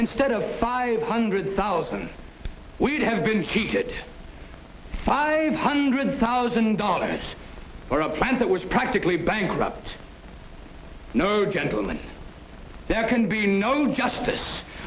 instead of five hundred thousand we would have been cheated five hundred thousand dollars or a plan that was practically bankrupt no gentleman there can be no justice